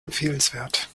empfehlenswert